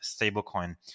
stablecoin